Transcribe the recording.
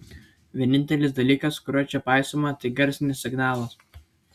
vienintelis dalykas kurio čia paisoma tai garsinis signalas